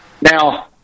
Now –